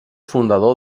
fundador